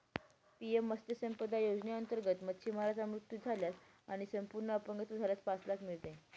PM मत्स्य संपदा योजनेअंतर्गत, मच्छीमाराचा मृत्यू झाल्यास आणि संपूर्ण अपंगत्व आल्यास पाच लाख मिळते